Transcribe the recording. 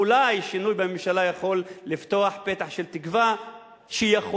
אולי שינוי בממשלה יכול לפתוח פתח של תקווה שיכולה